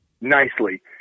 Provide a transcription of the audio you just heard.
nicely